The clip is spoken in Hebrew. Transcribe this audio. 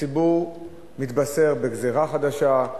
הציבור מתבשר בגזירה חדשה,